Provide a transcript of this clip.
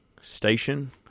station